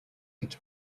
гэж